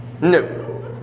No